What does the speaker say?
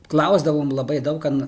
klausdavom labai daug an